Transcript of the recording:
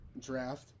draft